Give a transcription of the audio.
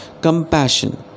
compassion